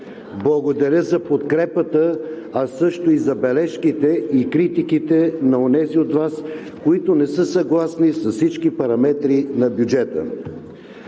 Благодаря за подкрепата, а също и за бележките и критиките на онези от Вас, които не са съгласни с всички параметри на бюджета.